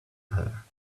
her